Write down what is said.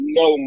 no